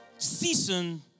Season